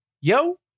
Yo